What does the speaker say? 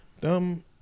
dumb